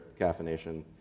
caffeination